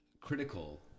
critical